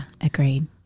agreed